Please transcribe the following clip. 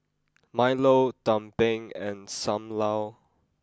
Milo Tumpeng and Sam Lau